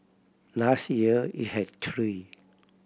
last year it had three